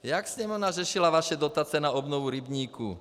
Jak Sněmovna řešila vaše dotace na obnovu rybníků?